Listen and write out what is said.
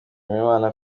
inama